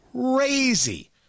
crazy